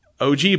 OG